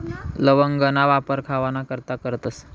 लवंगना वापर खावाना करता करतस